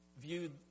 viewed